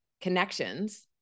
connections